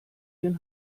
den